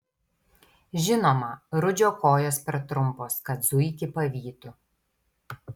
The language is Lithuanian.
žinoma rudžio kojos per trumpos kad zuikį pavytų